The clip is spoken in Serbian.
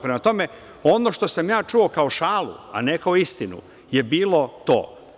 Prema tome, ono što sam ja čuo, kao šalu, a ne kao istinu, je bilo to.